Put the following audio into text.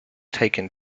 taken